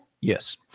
Yes